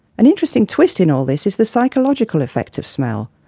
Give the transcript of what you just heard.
an interesting twist in all this is the psychological effect of smell.